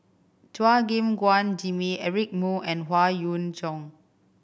Chua Gim Guan Jimmy Eric Moo and Howe Yoon Chong